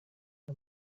the